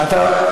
אתה,